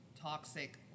toxic